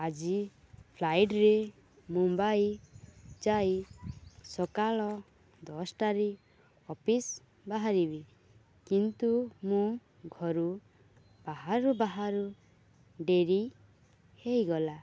ଆଜି ଫ୍ଲାଇଟ୍ରେ ମୁମ୍ବାଇ ଯାଇ ସକାଳ ଦଶଟାରେ ଅଫିସ୍ ବାହାରିବି କିନ୍ତୁ ମୁଁ ଘରୁ ବାହାରୁ ବାହାରୁ ଡ଼େରି ହୋଇଗଲା